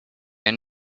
and